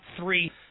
three